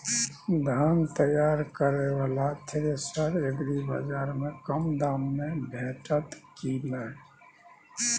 धान तैयार करय वाला थ्रेसर एग्रीबाजार में कम दाम में भेटत की नय?